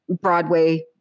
Broadway